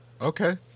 Okay